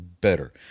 better